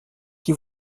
qui